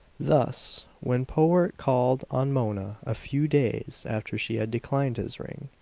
thus, when powart called on mona a few days after she had declined his ring,